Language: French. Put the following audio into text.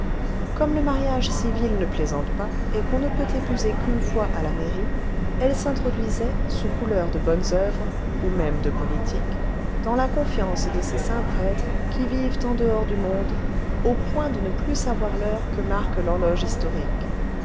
comme le mariage civil ne plaisante pas et qu'on ne peut épouser qu'une fois à la mairie elle s'introduisait sous couleurs de bonnes oeuvres ou même de politique dans la confiance de ces saints prêtres qui vivent en dehors du monde au point de ne plus savoir l'heure que marque l'horloge historique